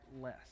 less